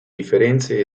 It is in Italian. differenze